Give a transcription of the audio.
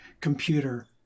computer